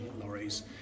lorries